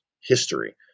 history